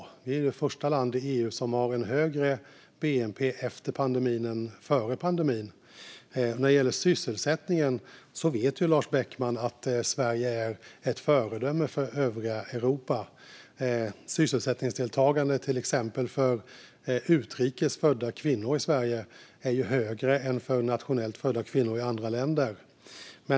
Sverige är det första land i EU som har en högre bnp efter pandemin än före pandemin. När det gäller sysselsättningen vet Lars Beckman att Sverige är ett föredöme för övriga Europa. Till exempel är sysselsättningsdeltagandet för utrikes födda kvinnor i Sverige högre än för inrikes födda kvinnor i andra länder.